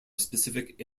specific